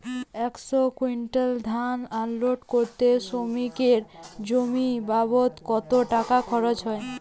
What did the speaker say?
একশো কুইন্টাল ধান আনলোড করতে শ্রমিকের মজুরি বাবদ কত টাকা খরচ হয়?